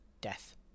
death